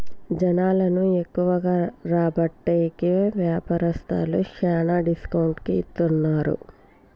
జనాలను ఎక్కువగా రాబట్టేకి వ్యాపారస్తులు శ్యానా డిస్కౌంట్ కి ఇత్తన్నారు